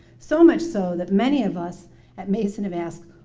so much so that many of us at mason have asked,